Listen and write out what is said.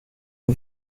are